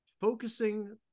focusing